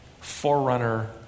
forerunner